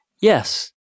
Yes